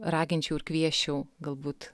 raginčiau ir kviesčiau galbūt